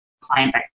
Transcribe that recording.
client